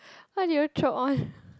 what did you choke on